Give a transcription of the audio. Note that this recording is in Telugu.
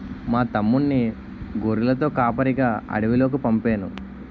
మా తమ్ముణ్ణి గొర్రెలతో కాపరిగా అడవిలోకి పంపేను